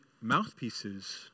mouthpieces